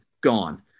gone